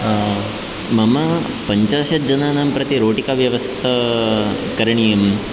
मम पञ्चाशज्जानानां प्रति रोटिकाव्यवस्था करणीयं